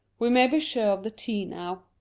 we may be sure of the t now.